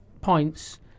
points